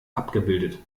abgebildet